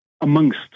amongst